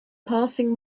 passing